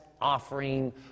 offering